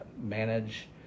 manage